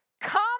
come